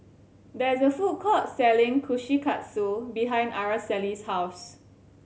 there is a food court selling Kushikatsu behind Araceli's house